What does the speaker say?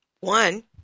One